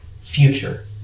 future